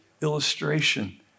illustration